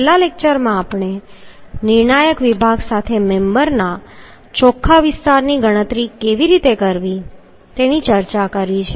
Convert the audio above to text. છેલ્લા લેક્ચરમાં આપણે નિર્ણાયક વિભાગ સાથે મેમ્બર ના ચોખ્ખા વિસ્તારની ગણતરી કેવી રીતે કરવી તેની ચર્ચા કરી છે